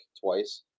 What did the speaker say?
twice